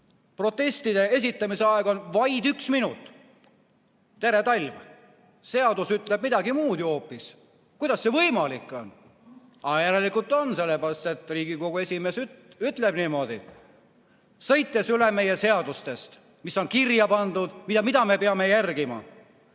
protestide esitamise aeg on vaid üks minut. Tere, talv! Seadus ütleb ju hoopis midagi muud. Kuidas see võimalik on! Aga järelikult on, sellepärast et Riigikogu esimees ütleb niimoodi, sõites üle meie seadustest, mis on kirja pandud ja mida me peame järgima.